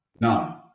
No